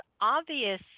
obvious